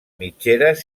mitgeres